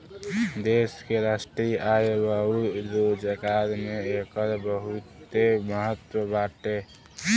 देश के राष्ट्रीय आय अउर रोजगार में एकर बहुते महत्व बाटे